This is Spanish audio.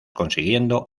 consiguiendo